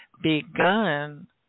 begun